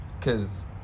Cause